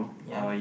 ya